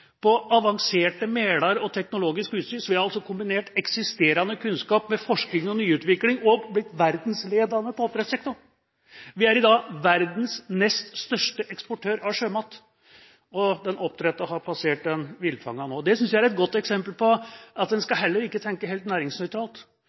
på avanserte merder og teknologisk utstyr. Så vi har altså kombinert eksisterende kunnskap med forskning og nyutvikling og blitt verdensledende på oppdrettssektoren. Vi er i dag verdens nest største eksportør av sjømat, og den oppdrettede har passert den villfangede nå. Det synes jeg er et godt eksempel på at en heller ikke skal